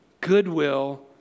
goodwill